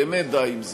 באמת די עם זה.